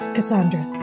Cassandra